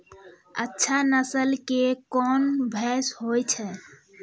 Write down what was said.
अच्छा नस्ल के कोन भैंस होय छै?